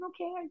okay